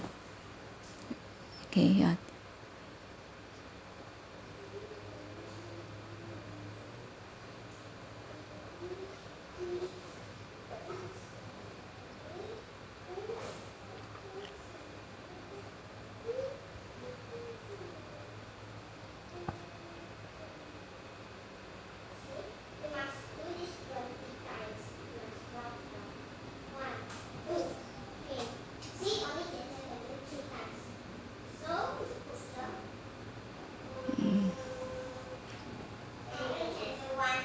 okay ya mm